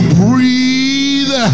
breathe